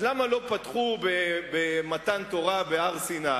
אז למה לא פתחו במתן תורה בהר-סיני?